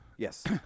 Yes